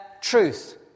truth